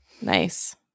Nice